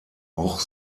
auch